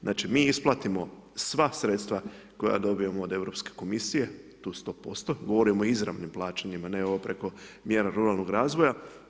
Znači mi isplatimo sva sredstva koja dobijemo od Europske komisije, tu 100%, govorimo o izravnim plaćanjima, ne ovo preko mjera ruralnog razvoja.